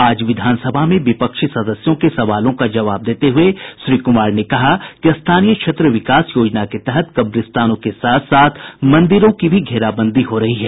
आज विधानसभा में विपक्षी सदस्यों के सवालों का जवाब देते हुए श्री कुमार ने कहा कि स्थानीय क्षेत्र विकास योजना के तहत कब्रिस्तानों के साथ साथ मंदिरों की भी घेराबंदी हो रही है